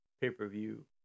pay-per-view